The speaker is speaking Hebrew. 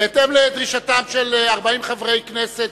בהתאם לדרישתם של 40 מחברי הכנסת,